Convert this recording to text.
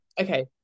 Okay